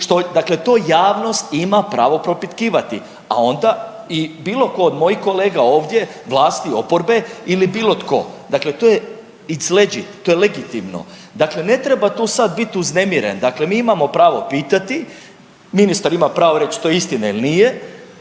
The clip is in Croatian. dakle to javnost ima pravo propitkivati, a onda i bilo tko od mojih kolega ovdje, vlast i oporbe. Dakle to je it's legitimate, to je legitimno. Dakle, ne treba tu sad biti uznemiren, dakle mi imamo pravo pitati, ministar ima pravo reći to istina ili nije,